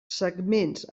segments